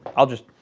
i'll just.